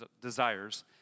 desires